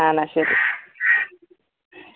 ആ എന്നാൽ ശരി